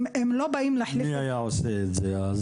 הם לא באים להחליף את --- מי היה עושה את זה אז?